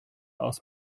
aus